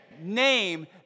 name